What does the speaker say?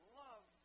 love